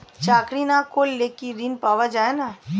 চাকরি না করলে কি ঋণ পাওয়া যায় না?